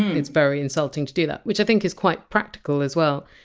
it's very insulting to do that, which i think is quite practical as well.